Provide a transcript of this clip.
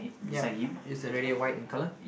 yup is the radio white in color